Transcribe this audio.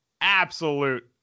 absolute